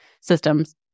systems